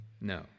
No